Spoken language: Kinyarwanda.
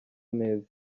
meza